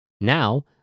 Now